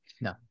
No